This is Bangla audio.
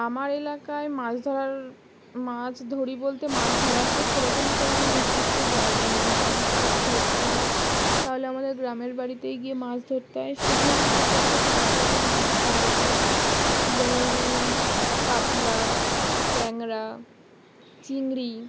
আমার এলাকায় মাছ ধরার মাছ ধরি বলতে মাছ ধরার তো সেরকম কোনো নির্দিষ্ট জায়গা নেই মাছ যদি ধরতে হয় তাহলে আমাদের গ্রামের বাড়িতেই গিয়ে মাছ ধরতে হয় সেখানে পুকুর থেকে অনেক রকম মাছ ধরা যায় যেমন রুই কাতলা ট্যাংরা চিংড়ি